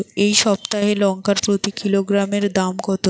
এই সপ্তাহের লঙ্কার প্রতি কিলোগ্রামে দাম কত?